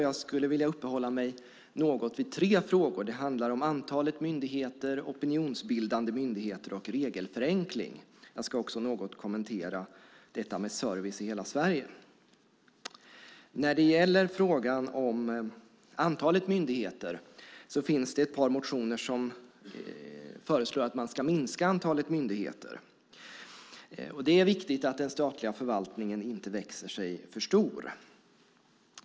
Jag skulle vilja uppehålla mig något vid tre frågor som handlar om antalet myndigheter, opinionsbildande myndigheter och regelförenkling. Jag ska också något kommentera detta med service i hela Sverige. När det gäller antalet myndigheter finns det ett par motioner där man föreslår en minskning av antalet myndigheter. Det är viktigt att den statliga förvaltningen inte växer sig för stor.